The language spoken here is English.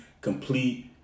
complete